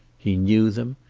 he knew them.